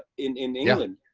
in in england.